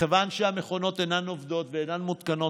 מכיוון שהמכונות אינן עובדות ואינן מותקנות,